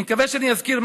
אני מקווה שאני אזכיר,